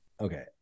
Okay